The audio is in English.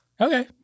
Okay